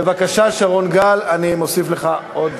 בבקשה, שרון גל, אני מוסיף לך עוד.